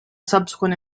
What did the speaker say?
subsequent